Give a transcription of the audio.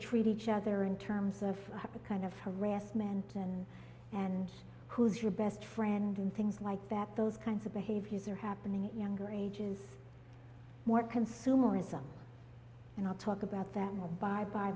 treat each other in terms of the kind of harassment and and who is your best friend in things like that those kinds of behaviors are happening younger ages more consumerism and i'll talk about that more by by